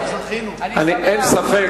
אין ספק.